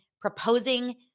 proposing